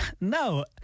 No